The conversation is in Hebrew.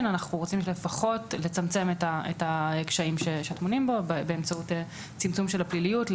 יש לצמצם את הקשיים שטמונים בו באמצעות צמצום הפעילות.